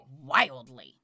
Wildly